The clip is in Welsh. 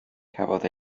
cafodd